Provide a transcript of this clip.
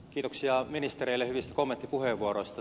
kiitoksia ministereille hyvistä kommenttipuheenvuoroista